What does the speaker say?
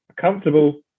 comfortable